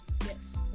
Yes